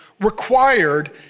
required